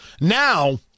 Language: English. Now